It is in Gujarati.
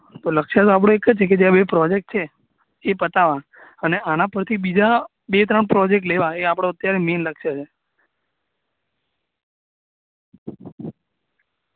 તો લક્ષ્ય તો આપણો એક જ છે જે આ બે પ્રોજેક્ટ છે એ પતાવવા અને આના પરથી બીજાં બે ત્રણ પ્રોજેક્ટ લેવા એ આપણો અત્યારે મેઈન લક્ષ્ય છે